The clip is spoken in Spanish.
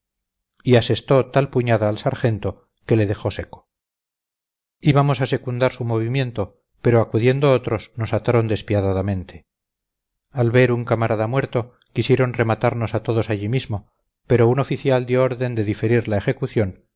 y asestó tal puñada al sargento que le dejó seco íbamos a secundar su movimiento pero acudiendo otros nos ataron despiadadamente al ver un camarada muerto quisieron rematarnos a todos allí mismo pero un oficial dio orden de diferir la ejecución